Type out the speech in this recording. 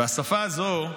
והשפה הזו,